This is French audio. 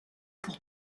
pour